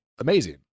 amazing